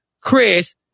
Chris